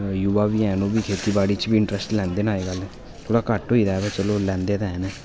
यूवा बी हैन ओह्बी खेतीबाड़ी च इंटरस्ट लैंदे न थोह्ड़ा घट्ट होई दा बा लैंदे ते हैन